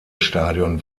stadion